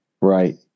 Right